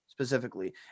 Specifically